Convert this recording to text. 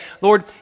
lord